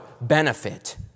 benefit